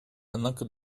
однако